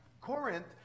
Corinth